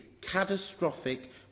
catastrophic